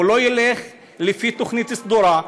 הוא לא ילך לפי תוכנית סדורה,